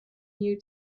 you